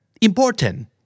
important